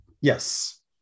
Yes